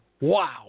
wow